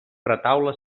retaule